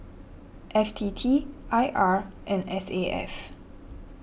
F T T I R and S A F